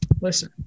Listen